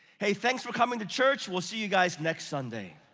hey thanks for coming to church. we'll see you guys next sunday.